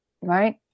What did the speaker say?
right